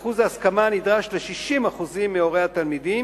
שיעור ההסכמה הנדרש ל-60% מהורי התלמידים.